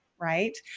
right